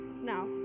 Now